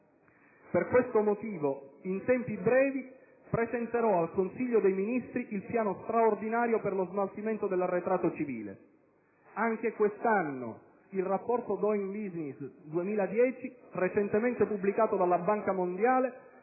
Per questo motivo, presenterò in tempi brevi al Consiglio dei ministri il piano straordinario per lo smaltimento dell'arretrato civile. Anche quest'anno il rapporto *Doing Business* 2010, recentemente pubblicato dalla Banca mondiale,